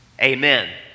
Amen